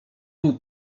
był